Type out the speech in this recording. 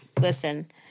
listen